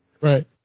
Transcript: Right